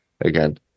again